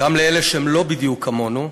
גם לאלה שהם לא בדיוק כמונו,